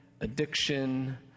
addiction